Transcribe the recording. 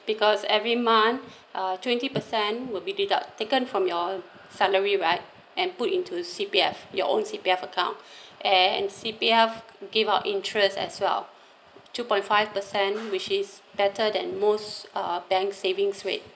because every month uh twenty percent will be deduct taken from your salary right and put into C_P_F your own C_P_F account and C_P_F gave out interests as well two point five percent which is better than most uh bank savings rate